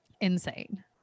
insane